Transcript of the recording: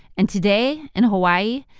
and today in hawaii,